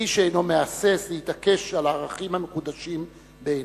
ואיש שאיננו מהסס להתעקש על הערכים המקודשים בעיניו.